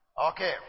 Okay